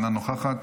אינה נוכחת,